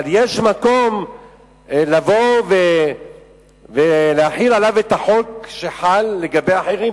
אבל יש מקום לבוא ולהחיל עליו את החוק שחל לגבי אחרים,